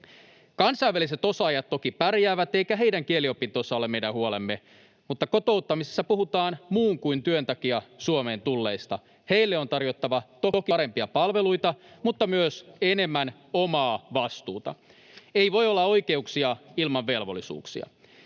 Kansainväliset osaajat toki pärjäävät, eivätkä heidän kieliopintonsa ole meidän huolemme, mutta kotouttamisessa puhutaan muun kuin työn takia Suomeen tulleista. Heille on tarjottava toki parempia palveluita mutta myös enemmän omaa vastuuta. Ei voi olla oikeuksia ilman velvollisuuksia.